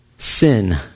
sin